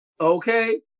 Okay